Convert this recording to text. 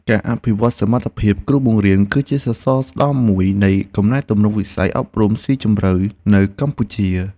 ការអភិវឌ្ឍន៍សមត្ថភាពគ្រូបង្រៀនគឺជាសសរស្តម្ភមួយនៃកំណែទម្រង់វិស័យអប់រំស៊ីជម្រៅនៅកម្ពុជា។